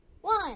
one